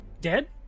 Dead